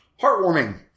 heartwarming